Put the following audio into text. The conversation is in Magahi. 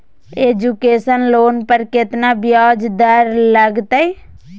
एजुकेशन लोन पर केतना ब्याज दर लगतई?